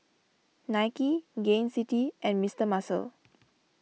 Nike Gain City and Mister Muscle